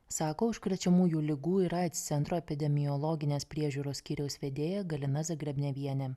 sako užkrečiamųjų ligų ir aids centro epidemiologinės priežiūros skyriaus vedėja galina zagrebnevienė